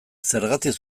zergatik